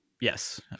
Yes